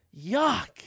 Yuck